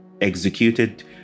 executed